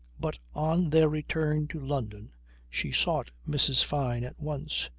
but on their return to london she sought mrs. fyne at once.